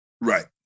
Right